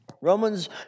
Romans